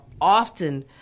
often